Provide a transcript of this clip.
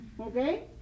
Okay